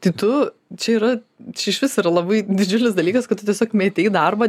tai tu čia yra čia išvis yra labai didžiulis dalykas kad tu tiesiog metei darbą